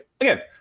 again